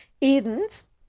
Edens